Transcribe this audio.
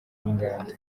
n’inganda